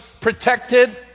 protected